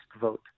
vote